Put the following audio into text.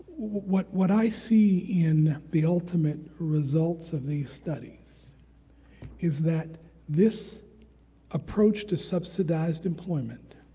what what i see in the ultimate results of these studies is that this approach to subsidized employment